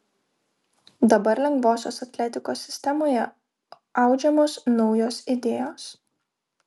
dabar lengvosios atletikos sistemoje audžiamos naujos idėjos